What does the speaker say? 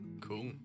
cool